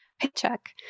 paycheck